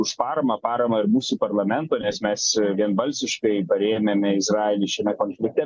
už paramą paramą ir mūsų parlamentui nes mes vienbalsiškai parėmėme izraelį šiame konflikte